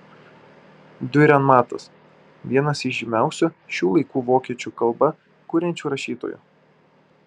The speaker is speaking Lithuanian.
diurenmatas vienas iš žymiausių šių laikų vokiečių kalba kuriančių rašytojų